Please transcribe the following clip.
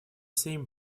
same